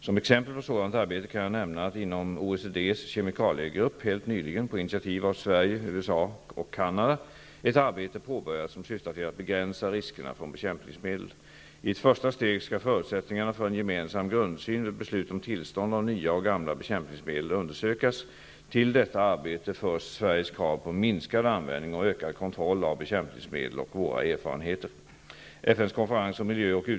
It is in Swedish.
Som exempel på sådant arbete kan jag nämna att inom OECD:s kemikaliegrupp helt nyligen -- på initiativ av Sverige, USA och Canada -- ett arbete påbörjats som syftar till att begränsa riskerna från bekämpningsmedel. I ett första steg skall förutsättningarna för en gemensam grundsyn vid beslut om tillstånd av nya och gamla bekämpningsmedel undersökas. Till detta arbete förs Sveriges krav på minskad användning och ökad kontroll av bekämpningsmedel och våra erfarenheter.